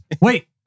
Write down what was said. Wait